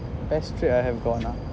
best place I have gone ah